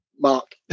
mark